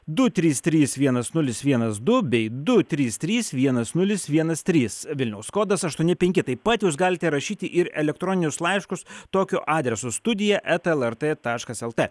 du trys trys vienas nulis vienas du bei du trys trys vienas nulis vienas trys vilniaus kodas aštuoni penki taip pat jūs galite rašyti ir elektroninius laiškus tokiu adresu studija eta lrt taškas lt